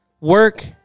work